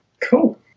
Cool